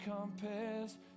compares